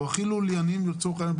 או הכי לולייניים לצורך העניין,